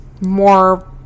more